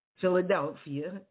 Philadelphia